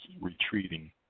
retreating